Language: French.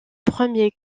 premiers